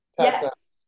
Yes